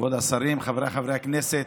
כבוד השרים, חבריי חברי הכנסת,